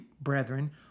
brethren